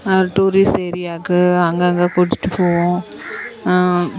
tourist ஏரியாவுக்கு அங்கங்கே கூட்டிகிட்டு போவோம்